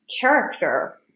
character